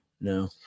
no